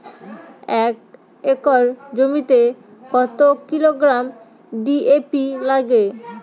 এক একর জমিতে কত কিলোগ্রাম ডি.এ.পি লাগে?